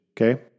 Okay